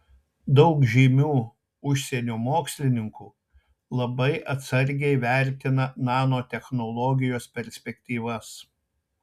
daug žymių užsienio mokslininkų labai atsargiai vertina nanotechnologijos perspektyvas